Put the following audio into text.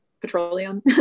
petroleum